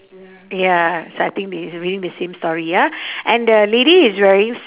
ya so I think they reading the same story ah and the lady is wearing s~